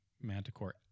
manticore